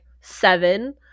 seven